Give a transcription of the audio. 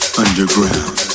underground